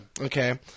Okay